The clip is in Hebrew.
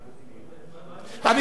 הבנתי.